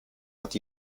hat